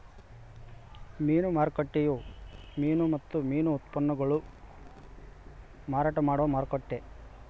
ಮೀನು ಮಾರುಕಟ್ಟೆಯು ಮೀನು ಮತ್ತು ಮೀನು ಉತ್ಪನ್ನಗುಳ್ನ ಮಾರಾಟ ಮಾಡುವ ಮಾರುಕಟ್ಟೆ